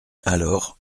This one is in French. alors